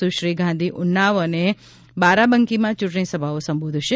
સુશ્રી ગાંધી ઉન્નાવ અને બારાબંકીમાં ચુંટણી સભાઓ સંબોધશે